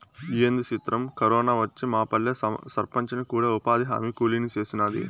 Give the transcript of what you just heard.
ఏంది సిత్రం, కరోనా వచ్చి మాపల్లె సర్పంచిని కూడా ఉపాధిహామీ కూలీని సేసినాది